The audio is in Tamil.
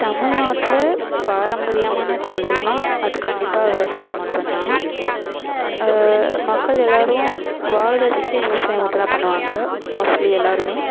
தமிழ்நாட்டில் பாரம்பரியமான தொழில்ன்னால் அது கண்டிப்பாக விவசாயம் மட்டும் தான் மக்கள் எல்லோரும் வாழ்கிறதுக்கே விவசாயம் மட்டும் தான் பண்ணுவாங்க மோஸ்ட்லி எல்லோருமே